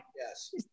yes